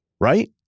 Right